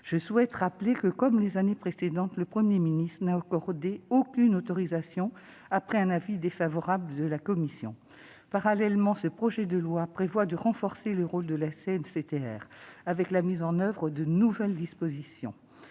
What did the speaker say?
Je souhaite rappeler que, comme les années précédentes, le Premier ministre n'a accordé aucune autorisation après un avis défavorable de la commission. Parallèlement, ce projet de loi prévoit de renforcer le rôle de la CNCTR avec la mise en oeuvre de nouvelles dispositions.